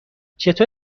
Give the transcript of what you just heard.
چطور